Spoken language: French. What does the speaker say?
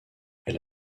elle